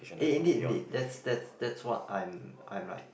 eh indeed indeed that's that's that's what I'm I'm right